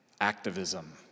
activism